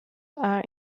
are